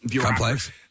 complex